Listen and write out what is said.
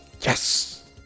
yes